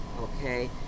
okay